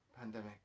pandemic